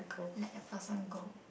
let a person go